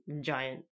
giant